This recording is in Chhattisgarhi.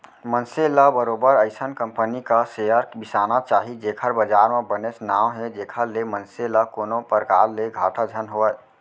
मनसे ल बरोबर अइसन कंपनी क सेयर बिसाना चाही जेखर बजार म बनेच नांव हे जेखर ले मनसे ल कोनो परकार ले घाटा झन होवय